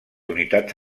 unitats